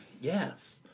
Yes